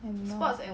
I don't know